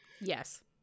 Yes